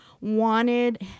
wanted